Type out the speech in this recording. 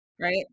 right